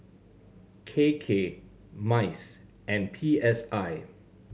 K K MICE and P S I